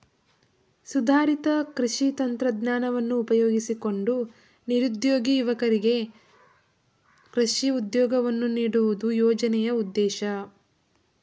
ಸುಧಾರಿತ ಕೃಷಿ ತಂತ್ರಜ್ಞಾನವನ್ನು ಉಪಯೋಗಿಸಿಕೊಂಡು ನಿರುದ್ಯೋಗಿ ಯುವಕರಿಗೆ ಕೃಷಿ ಉದ್ಯೋಗವನ್ನು ನೀಡುವುದು ಯೋಜನೆಯ ಉದ್ದೇಶ